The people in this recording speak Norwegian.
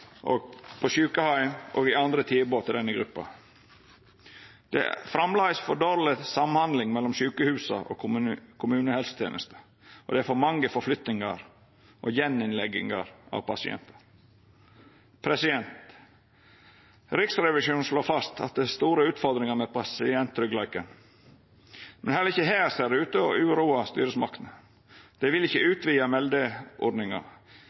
og i andre tilbod til denne gruppa. Det er framleis for dårleg samhandling mellom sjukehusa og kommunehelsetenesta, og det er for mange forflyttingar og gjeninnleggingar av pasientar. Riksrevisjonen slår fast at det er store utfordringar med pasienttryggleiken, men heller ikkje her ser det ut til å uroa styresmaktene. Dei vil ikkje utvida meldeordninga.